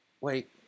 Wait